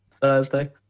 Thursday